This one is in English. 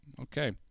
Okay